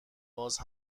باز